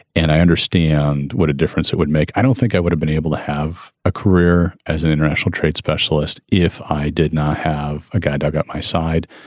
and i understand what a difference it would make. i don't think i would have been able to have a career as an international trade specialist if i did not have a guide dog, got my side.